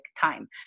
time